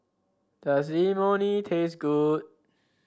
does Imoni taste good